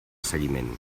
seguiment